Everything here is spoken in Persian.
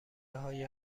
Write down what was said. های